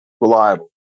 reliable